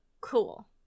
Cool